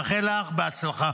מאחל לך הצלחה.